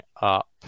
up